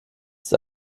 ist